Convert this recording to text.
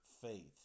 faith